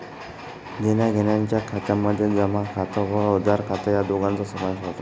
देण्याघेण्याच्या खात्यामध्ये जमा खात व उधार खात या दोघांचा समावेश होतो